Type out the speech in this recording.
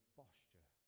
posture